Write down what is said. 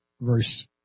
verse